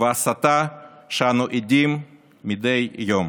והסתה שאנו עדים להן מדי יום.